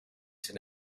know